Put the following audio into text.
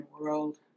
world